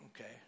Okay